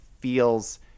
feels